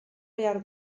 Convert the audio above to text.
behar